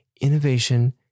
Innovation